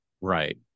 right